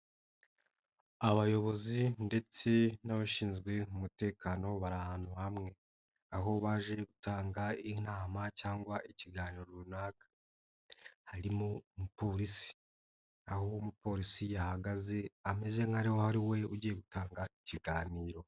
Abayobozi ndetse n'abashinzwe umutekano bari ahantu hamwe, aho baje gutanga inama cyangwa ikiganiro runaka, harimo umupolisi aho umupolisi yahagaze ameze nk'aho ari we ugiye gutanga ikiganiro.